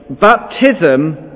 Baptism